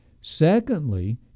Secondly